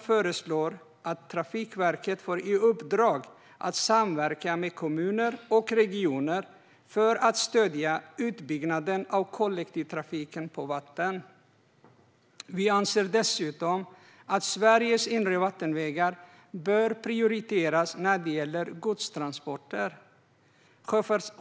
föreslår att Trafikverket ska få i uppdrag att samverka med kommuner och regioner för att stödja utbyggnaden av kollektivtrafiken på vatten. Vi anser dessutom att Sveriges inre vattenvägar bör prioriteras när det gäller godstransporter.